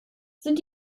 sind